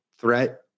threat